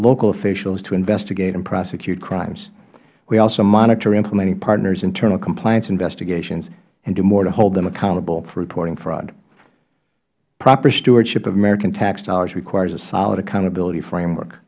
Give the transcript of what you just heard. local officials to investigate and prosecute crimes we also monitor implementing partners internal compliance investigations and do more to hold them accountable for reporting fraud proper stewardship of american tax dollars requires a solid accountability framework